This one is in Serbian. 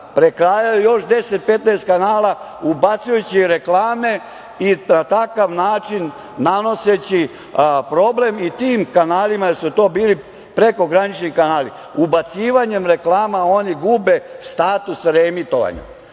prekrajaju još deset, petnaest kanala ubacujući reklame i na takav način nanoseći problem i tim kanalima jer su to bili prekogranični kanali. Ubacivanjem reklama oni gube status reemitovanja.